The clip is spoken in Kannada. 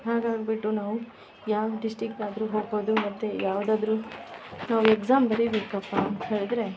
ಹಾಗಾಗಿಬಿಟ್ಟು ನಾವು ಯಾವ ಡಿಸ್ಟಿಕ್ಕಾದ್ರು ಹೋಗ್ಬೋದು ಮತ್ತು ಯಾವುದಾದ್ರು ನಾವು ಎಗ್ಸಾಮ್ ಬರಿಬೇಕಪ್ಪ ಅಂತ ಹೇಳಿದ್ರೆ